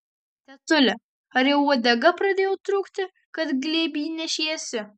tetule ar jau uodega pradėjo trūkti kad glėby nešiesi